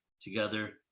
together